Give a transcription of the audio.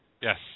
Yes